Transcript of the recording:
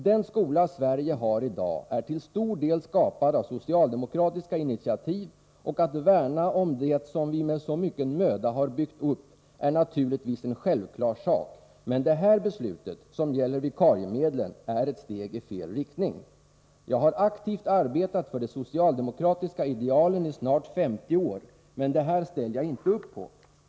—-—-— Den skola Sverige har i dag är till stor del skapad av socialdemokratiska initiativ och att värna om det som vi med så mycket möda har byggt upp är naturligtvis en självklar sak, men det här beslutet som gäller vikariemedlen är ett steg i fel riktning. Jag har aktivt arbetat för de socialdemokratiska idealen i snart 50 år — men det här ställer jag inte upp på.